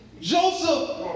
Joseph